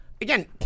again